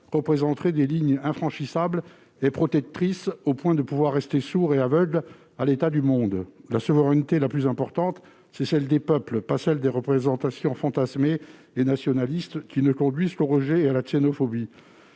et rendre ces dernières infranchissables ? Comment peuvent-ils à ce point rester sourds et aveugles à l'état du monde ? La souveraineté la plus importante, c'est celle des peuples, non celle des représentations fantasmées et nationalistes, qui ne conduisent qu'au rejet et à la xénophobie.